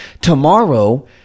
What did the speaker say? tomorrow